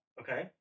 Okay